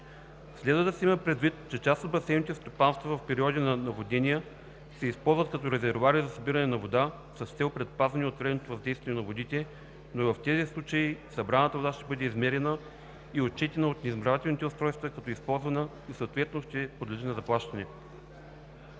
Следва да се има предвид, че част от басейновите стопанства в периоди на наводнения се използват като резервоари за събиране на вода с цел предпазване от вредното въздействие на водите, но и в тези случаи събраната вода ще бъде измерена и отчетена от измервателните устройства като използвана и съответно ще подлежи на заплащане.